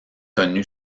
connu